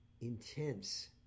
intense